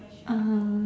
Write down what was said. (uh huh)